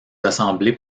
assemblées